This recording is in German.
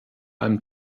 allem